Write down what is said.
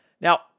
Now